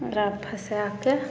ओकरा फसाएके